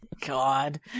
God